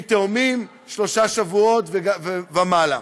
מתאומים, בשלושה שבועות ומעלה.